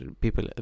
people